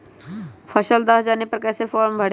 फसल दह जाने पर कैसे फॉर्म भरे?